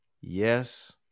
Yes